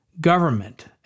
government